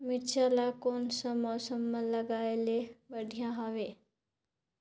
मिरचा ला कोन सा मौसम मां लगाय ले बढ़िया हवे